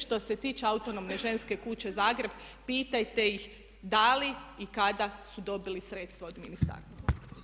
Što se tiče autonomne ženske kuće Zagreb pitajte ih da li i kada su dobili sredstva od ministarstva.